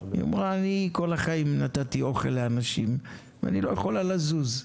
אמרה אני כל החיים נתתי אוכל לאנשים ואני לא יכולה לזוז.